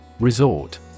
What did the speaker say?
Resort